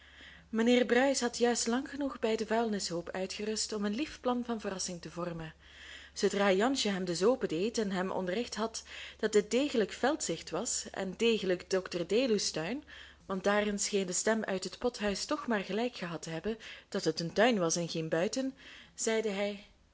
mijnheer bruis had juist lang genoeg bij den vuilnishoop uitgerust om een lief plan van verrassing te vormen zoodra jansje hem dus opendeed en hem onderricht had dat dit dégelijk veldzicht was en dégelijk dr deluws tuin want daarin scheen de stem uit het pothuis toch maar gelijk gehad te hebben dat het een tuin was en geen buiten zeide hij